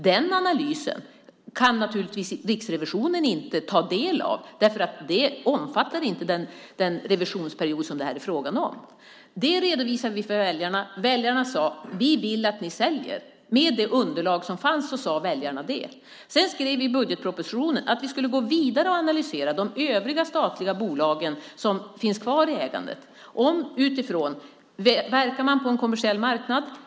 Den analysen kan Riksrevisionen naturligtvis inte ta del av, därför att den inte omfattar den revisionsperiod som det här är fråga om. Det redovisade vi för väljarna. Väljarna sade: Vi vill att ni säljer. Med det underlag som fanns sade väljarna det. Sedan skrev vi i budgetpropositionen att vi skulle gå vidare och analysera de övriga statliga bolag som finns kvar i ägandet utifrån detta: Verkar man på en kommersiell marknad?